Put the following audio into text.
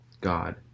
God